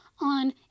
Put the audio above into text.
on